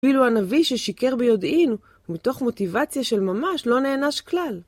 אפילו הנביא ששיקר ביודעין, מתוך מוטיבציה של ממש לא נענש כלל.